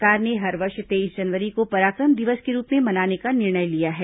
केन्द्र सरकार ने हर वर्ष तेईस जनवरी को पराक्रम दिवस के रूप में मनाने का निर्णय लिया है